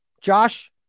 Josh